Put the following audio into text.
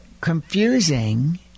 confusing